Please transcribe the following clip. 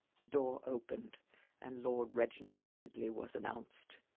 the door opened and lord reginald sidley was announced.